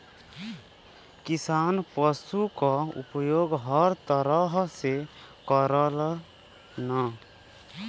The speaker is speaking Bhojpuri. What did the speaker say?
किसान पसु क उपयोग हर तरह से करलन